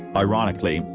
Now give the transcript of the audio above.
ironically,